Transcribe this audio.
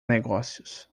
negócios